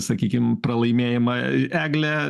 sakykim pralaimėjimą egle